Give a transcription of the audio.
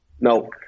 no